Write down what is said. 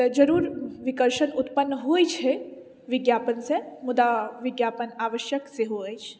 तऽ जरूर विकर्षण ऊत्पन्न होइ छै विज्ञापन से मुदा विज्ञापन आवश्यक सेहो अछि